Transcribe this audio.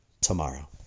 tomorrow